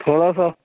تھوڑا سا